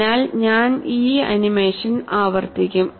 അതിനാൽ ഞാൻ ഈ ആനിമേഷൻ ആവർത്തിക്കും